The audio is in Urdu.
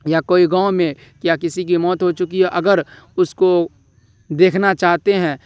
یا کوئی گاؤں میں یا کسی کی موت ہو چکی ہو اگر اس کو دیکھنا چاہتے ہیں